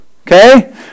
Okay